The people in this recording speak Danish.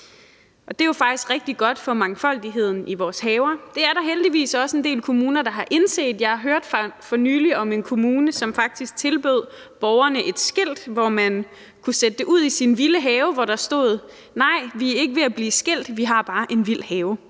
det er jo faktisk rigtig godt for mangfoldigheden i vores haver. Det er der heldigvis også en del kommuner, der har indset. Jeg hørte for nylig om en kommune, som faktisk tilbød borgerne et skilt, som man kunne sætte ud i sin vilde have, hvorpå der stod: Nej, vi er ikke ved at blive skilt, vi har bare en vild have.